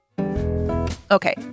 Okay